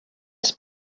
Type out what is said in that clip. els